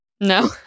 No